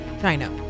China